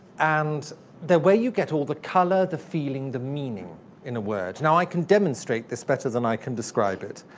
and the way you get all the color, the feeling, the meaning in a word. now, i can demonstrate this better than i can describe it.